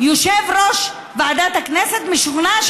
יושב-ראש ועדת הכנסת משוכנע,